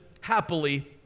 happily